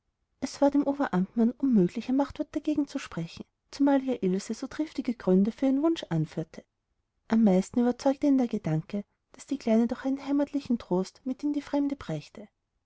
es war dem oberamtmann unmöglich ein machtwort dagegen zu sprechen zumal ja ilse so triftige gründe für ihren wunsch anführte am meisten überzeugte ihn der gedanke daß die kleine doch einen heimatlichen trost mit in die fremde brächte